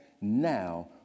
now